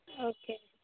okay